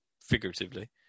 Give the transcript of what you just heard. figuratively